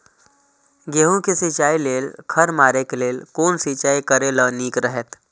गेहूँ के सिंचाई लेल खर मारे के लेल कोन सिंचाई करे ल नीक रहैत?